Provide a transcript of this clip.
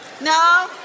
No